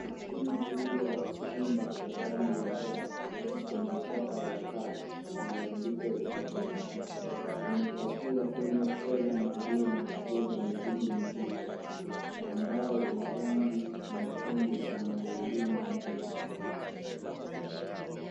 Mashine kubwa ya kuchimba yenye rangi ya njano yenye chapa ya CAT Iiliyoandikwa ubavuni imepakiwa kwenye trela maalum ya kubeba mizigo mizito ambayo ina rangi nyekundu na magurudumu mengi.